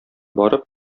барып